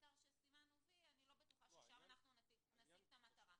העיקר שסימנו וי ואני לא בטוחה ששם נשיג את המטרה.